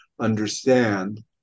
understand